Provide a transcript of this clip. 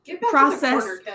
process